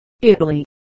Italy